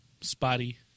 spotty